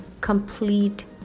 complete